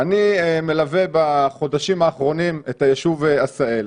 אני מלווה בחודשים האחרונים את היישוב עשהאל.